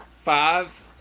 five